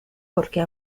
porqué